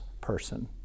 person